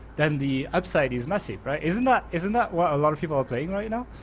then the upside is messy. right? isn't that isn't that what a lot of people are playing right now?